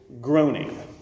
groaning